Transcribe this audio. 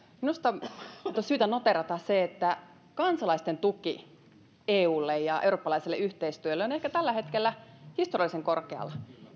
minusta on nyt syytä noteerata se että kansalaisten tuki eulle ja eurooppalaiselle yhteistyölle on ehkä tällä hetkellä historiallisen korkealla